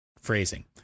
phrasing